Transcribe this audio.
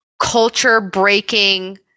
culture-breaking